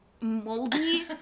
moldy